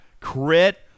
crit